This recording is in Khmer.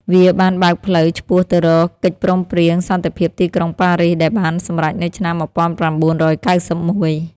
វាបានបើកផ្លូវឆ្ពោះទៅរកកិច្ចព្រមព្រៀងសន្តិភាពទីក្រុងប៉ារីស ដែលបានសម្រេចនៅឆ្នាំ១៩៩១។